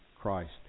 Christ